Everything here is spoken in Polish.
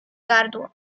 gardło